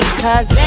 cause